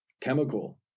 chemical